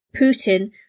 Putin